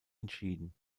entschieden